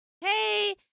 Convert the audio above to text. Hey